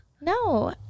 No